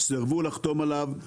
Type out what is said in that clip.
סירבו לחתום עליו,